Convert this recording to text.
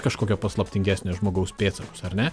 kažkokio paslaptingesnio žmogaus pėdsakus ar ne